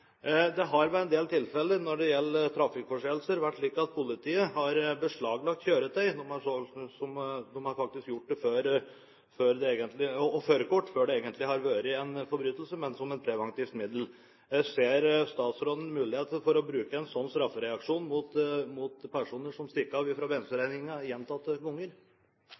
Ved en del tilfeller når det gjelder trafikkforseelser, har politiet beslaglagt kjøretøy og førerkort faktisk før det egentlig har vært en forbrytelse, men som et preventivt middel. Ser statsråden muligheter for å bruke en slik straffereaksjon mot personer som stikker av fra bensinregningen gjentatte ganger?